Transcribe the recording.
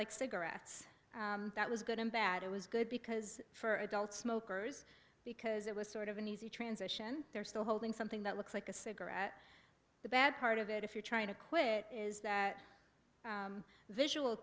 like cigarettes that was good and bad it was good because for adult smokers because it was sort of an easy transition they're still holding something that looks like a cigarette the bad part of it if you're trying to quit is that visual